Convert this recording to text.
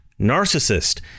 narcissist